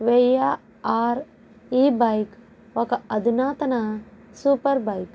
వెయ్య ఆర్ ఈ బైక్ ఒక అధునాతన సూపర్ బైక్